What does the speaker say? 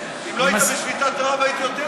אם לא היית בשביתת רעב הייתי יותר,